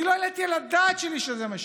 אני לא העליתי על דעתי שזה מה שיקרה,